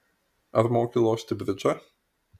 ar moki lošti bridžą